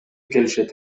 келишет